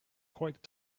quite